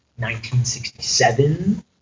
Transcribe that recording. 1967